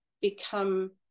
become